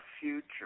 future